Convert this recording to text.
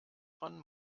von